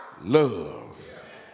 love